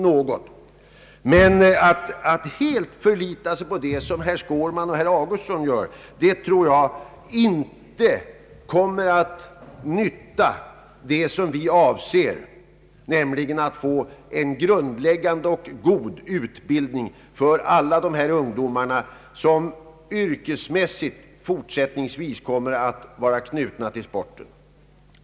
Jag tror emellertid inte att man helt skall förlita sig på en sådan översyn, som herr Skårman och herr Augustsson tycks göra, Den kommer nog inte att tjäna det avsedda syftet, nämligen att få till stånd en grundläggande och god utbildning för alla de ungdomar som fortsättningsvis yrkesmässigt kommer att vara knutna till sporten.